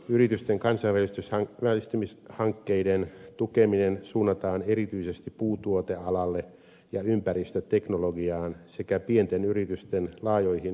yritysten kansainvälistymishankkeiden tukeminen suunnataan erityisesti puutuotealalle ja ympäristöteknologiaan sekä pienten yritysten laajoihin yhteishankkeisiin